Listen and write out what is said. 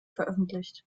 veröffentlicht